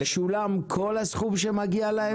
שולם כל הסכום שמגיע להם?